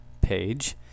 page